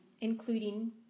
including